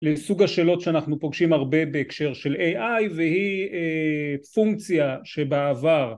לסוג השאלות שאנחנו פוגשים הרבה בהקשר של AI והיא פונקציה שבעבר